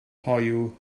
hoyw